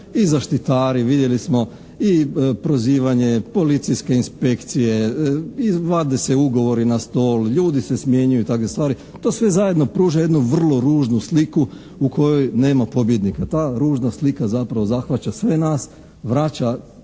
i zaštitari, vidjeli smo i prozivanje, policijske inspekcije vade se ugovori na stol. Ljudi se smjenjuju i takve stvari. To sve zajedno pruža jednu vrlo ružnu sliku u kojoj nema pobjednika. Ta ružna slika zapravo zahvaća sve nas, vraća